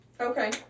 okay